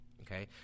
Okay